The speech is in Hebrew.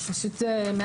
אני